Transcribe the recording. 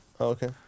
okay